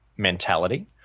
Mentality